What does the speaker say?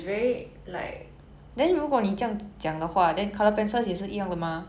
okay lah fair enough okay loh 你这样讲 okay loh